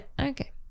Okay